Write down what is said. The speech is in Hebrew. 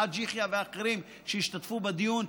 חאג' יחיא ואחרים שהשתתפו בדיון,